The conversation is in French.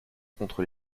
contre